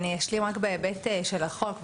ואני אשלים בהיבט של החוק,